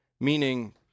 meaning